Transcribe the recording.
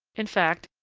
in fact,